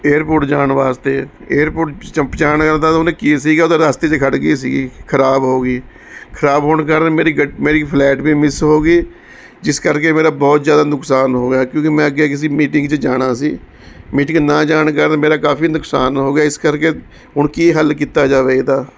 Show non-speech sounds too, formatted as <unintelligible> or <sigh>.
airport ਜਾਣ ਵਾਸਤੇ airport <unintelligible> ਉਹਨੇ ਕੀ ਸੀਗਾ ਉਹਦਾ ਰਸਤੇ 'ਚ ਖੜਦੀ ਸੀਗੀ ਖਰਾਬ ਹੋਗੀ ਖਰਾਬ ਹੋਣ ਕਾਰਨ ਮੇਰੀ ਗੱਡ ਮੇਰੀ ਫਲਾਈਟ ਵੀ ਮਿਸ ਹੋਗੀ ਜਿਸ ਕਰਕੇ ਮੇਰਾ ਬਹੁਤ ਜਿਆਦਾ ਨੁਕਸਾਨ ਹੋ ਗਿਆ ਕਿਉਂਕਿ ਮੈਂ ਅੱਗੇ ਕਿਸੀ ਮੀਟਿੰਗ 'ਚ ਜਾਣਾ ਸੀ ਮੀਟਿੰਗ ਨਾ ਜਾਣ ਕਾਰਨ ਮੇਰਾ ਕਾਫੀ ਨੁਕਸਾਨ ਹੋ ਗਿਆ ਇਸ ਕਰਕੇ ਹੁਣ ਕੀ ਹੱਲ ਕੀਤਾ ਜਾਵੇ ਇਹਦਾ